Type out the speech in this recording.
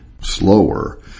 slower